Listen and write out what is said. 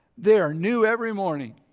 they are new every morning.